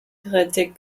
kritik